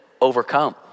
overcome